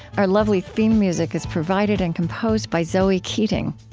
our lovely theme music is provided and composed by zoe keating.